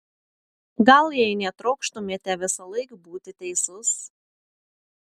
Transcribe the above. gal jei netrokštumėte visąlaik būti teisus